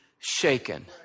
shaken